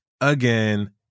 again